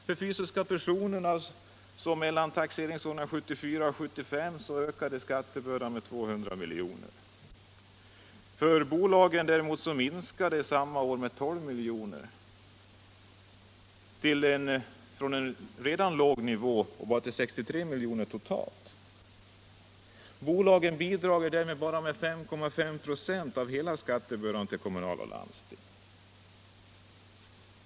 För fysiska personer ökade skattebördan i länet från taxeringsåret 1974 till 1975 med ca 200 milj.kr. För bolagen däremot minskade skatten under samma tid med 12 milj.kr. från en redan låg nivå och var 63 milj.kr. totalt. Bolagen bidrar med bara 5,5 96 av hela skattebördan till kommun och landsting.